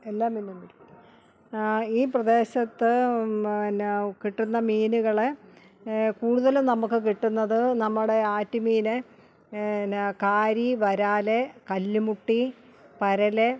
എല്ലാ മീനും കൂടി ഈ പ്രദേശത്ത് പിന്നെ കിട്ടുന്ന മീനുകളെ കൂടുതലും നമുക്ക് കിട്ടുന്നത് നമ്മുടെ ആറ്റ് മീന് പിന്നെ കാരിവരാൽ കല്ലുമുട്ടി പരൽ